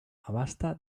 abasta